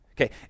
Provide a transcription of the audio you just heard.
Okay